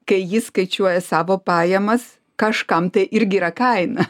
kai jis skaičiuoja savo pajamas kažkam tai irgi yra kaina